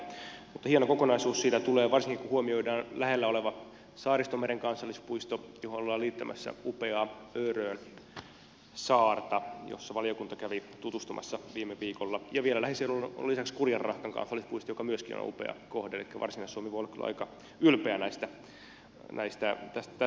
mutta hieno kokonaisuus siitä tulee varsinkin kun huomioidaan lähellä oleva saaristomeren kansallispuisto johon ollaan liittämässä upeaa örön saarta jossa valiokunta kävi tutustumassa viime viikolla ja vielä lähiseudulla on lisäksi kurjenrahkan kansallispuisto joka myöskin on upea kohde elikkä varsinais suomi voi olla kyllä aika ylpeä tästä kokonaisuudesta